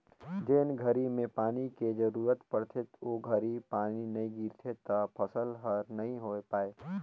जेन घरी में पानी के जरूरत पड़थे ओ घरी पानी नई गिरथे त फसल हर नई होय पाए